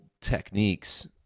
techniques